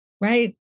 right